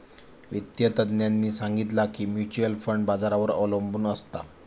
वित्तिय तज्ञांनी सांगितला की म्युच्युअल फंड बाजारावर अबलंबून असता